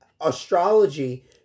astrology